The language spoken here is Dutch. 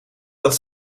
dat